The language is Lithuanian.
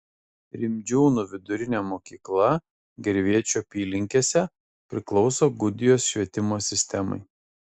rimdžiūnų vidurinė mokykla gervėčių apylinkėse priklauso gudijos švietimo sistemai